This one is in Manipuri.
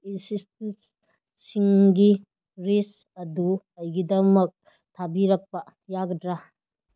ꯏꯟꯁꯇꯤꯇ꯭ꯋꯨꯠꯁꯤꯡꯒꯤ ꯂꯤꯁ ꯑꯗꯨ ꯑꯩꯒꯤꯗꯃꯛ ꯊꯥꯕꯤꯔꯛꯄ ꯌꯥꯒꯗ꯭ꯔ